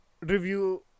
review